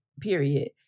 period